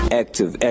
active